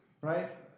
right